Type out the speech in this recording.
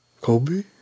Kobe